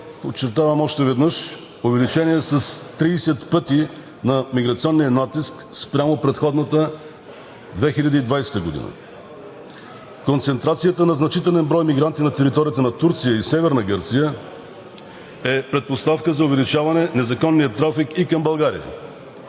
подчертавам още веднъж, увеличение с 30 пъти на миграционния натиск спрямо предходната 2020 г. Концентрацията на значителен брой мигранти на територията на Турция и Северна Гърция е предпоставка за увеличаване на незаконния трафик и към България.